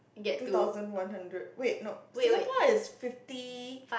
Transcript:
two thousand one hundred wait no Singapore is fifty